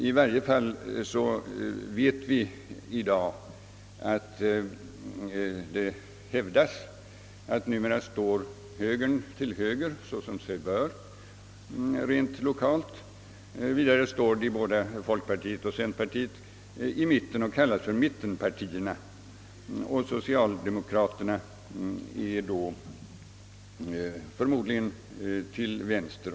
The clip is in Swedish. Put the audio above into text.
I varje fall vet vi i dag att det hävdas, att numera står högern till höger, såsom sig bör, rent lokalt. Vidare står både folkpartiet och centerpartiet i mitten och kallar sig mittenpartierna. Socialdemokratien står då förmodligen till vänster.